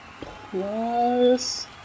plus